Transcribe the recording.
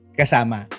kasama